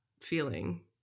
feeling